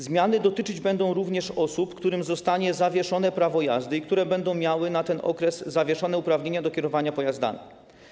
Zmiany dotyczyć będą również osób, którym zostanie zawieszone prawo jazdy i które będą miały na ten okres zawieszone uprawnienia do kierowania pojazdami.